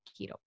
keto